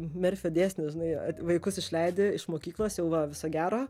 merfio dėsnis žinai vaikus išleidi iš mokyklos jau va viso gero